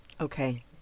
Okay